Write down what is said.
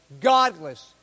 godless